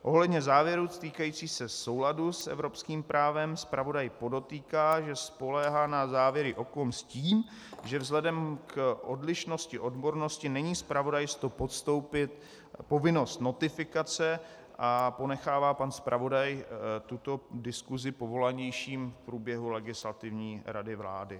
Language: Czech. Ohledně závěrů týkajících se souladu s evropským právem zpravodaj podotýká, že spoléhá na závěry OCOM s tím, že vzhledem k odlišnosti odbornosti není zpravodaj s to podstoupit povinnost notifikace, a ponechává pan zpravodaj tuto diskusi povolanějším v průběhu Legislativní rady vlády.